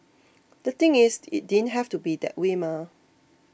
the thing is it didn't have to be that way mah